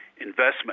investment